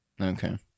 Okay